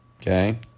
Okay